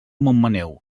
montmaneu